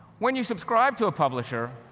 when you subscribe to a publisher,